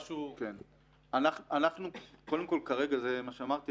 כמו שאמרתי,